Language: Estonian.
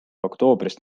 oktoobrist